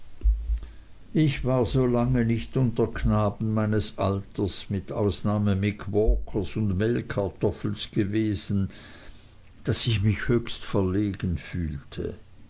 ich war solange nicht unter knaben meines alters mit ausnahme mick walkers und mehlkartoffels gewesen daß ich mich höchst verlegen fühlte